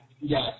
Yes